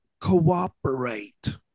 cooperate